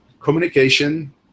communication